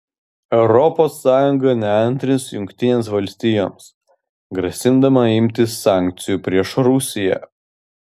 europos sąjunga neantrins jungtinėms valstijoms grasindama imtis sankcijų prieš rusiją